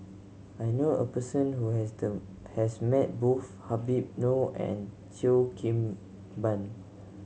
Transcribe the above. I knew a person who has the has met both Habib Noh and Cheo Kim Ban